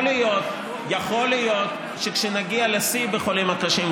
יכול להיות שכשנגיע לשיא בחולים הקשים,